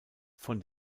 von